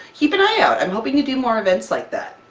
keep an eye out! i'm hoping to do more events like that!